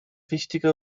wichtige